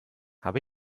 habe